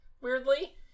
weirdly